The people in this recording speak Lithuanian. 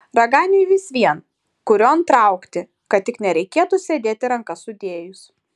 raganiui vis vien kurion traukti kad tik nereikėtų sėdėti rankas sudėjus